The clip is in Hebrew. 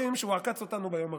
עקץ אותנו ביום הראשון.